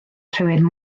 rhywun